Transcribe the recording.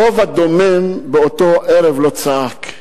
הרוב הדומם באותו ערב לא צעק,